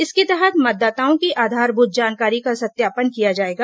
इसके तहत मतदाताओं की आधारभूत जानकारी का सत्यापन किया जाएगा